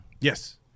Yes